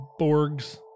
Borgs